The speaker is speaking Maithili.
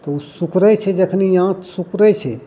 तऽ उ सिकूड़य छै जखनी आँत सिकूड़य छै